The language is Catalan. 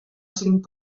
cinc